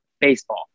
baseball